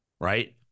Right